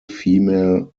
female